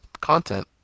content